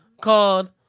called